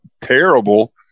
terrible